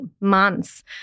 months